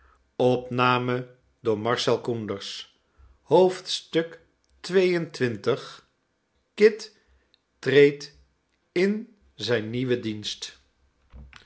kit treedt in zijn nieuwen dienst